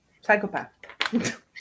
psychopath